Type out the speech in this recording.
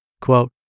Quote